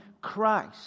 Christ